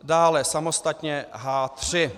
Dále samostatně H3.